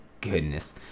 goodness